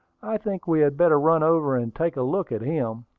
i think we had better run over and take a look at him.